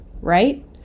right